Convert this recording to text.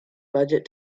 budget